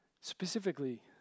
Specifically